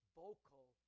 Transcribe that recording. vocal